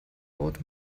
old